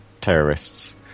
terrorists